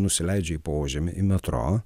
nusileidžia į požemį į metro